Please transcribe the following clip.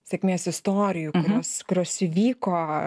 sėkmės istorijų kurios kurios įvyko